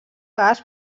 gas